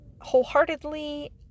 wholeheartedly